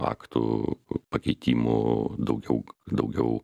aktų pakeitimų daugiau daugiau